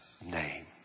name